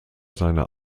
seiner